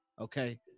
Okay